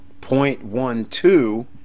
0.12